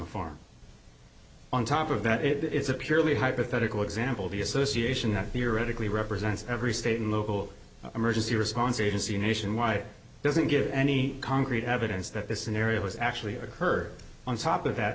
a farm on top of that it is a purely hypothetical example the association that theoretically represents every state and local emergency response agency nationwide doesn't give any concrete evidence that this is an area was actually occur on top of that